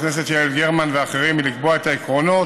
של חברת הכנסת גרמן ואחרים היא לקבוע את העקרונות